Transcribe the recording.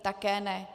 Také ne.